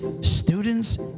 students